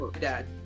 dad